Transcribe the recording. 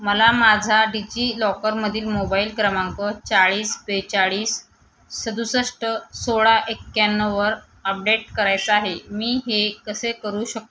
मला माझा डिजिलॉकरमधील मोबाईल क्रमांक चाळीस बेचाळीस सदुसष्ट सोळा एक्याण्णववर अपडेट करायचं आहे मी हे कसे करू शकतो